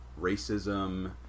racism